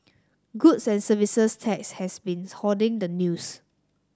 goods and Services Tax has been hoarding the news